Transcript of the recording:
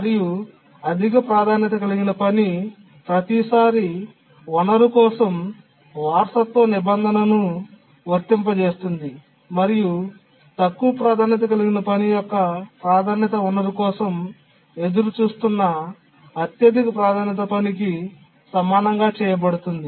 మరియు అధిక ప్రాధాన్యత కలిగిన పని ప్రతిసారీ వనరు కోసం వారసత్వ నిబంధనను వర్తింపజేస్తుంది మరియు తక్కువ ప్రాధాన్యత కలిగిన పని యొక్క ప్రాధాన్యత వనరు కోసం ఎదురుచూస్తున్న అత్యధిక ప్రాధాన్యత పనికి సమానంగా చేయబడుతోంది